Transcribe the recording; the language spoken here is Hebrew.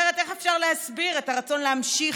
אחרת איך אפשר להסביר את הרצון להמשיך